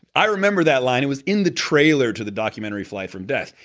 i remember that line. it was in the trailer to the documentary fly from death,